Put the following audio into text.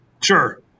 Sure